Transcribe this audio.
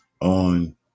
on